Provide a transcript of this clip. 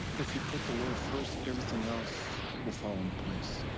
if you put the lord first, everything else will fall in place.